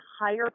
higher